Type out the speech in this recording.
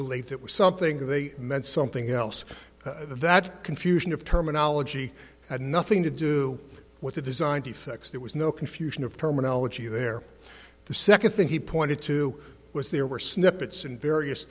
believe that was something they meant something else that confusion of terminology had nothing to do with the design defect that it was no confusion of terminology there the second thing he pointed to was there were snippets in various